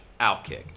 outkick